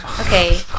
Okay